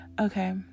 Okay